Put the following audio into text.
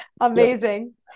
Amazing